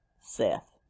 Seth